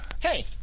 Hey